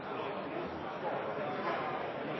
ord å